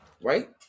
right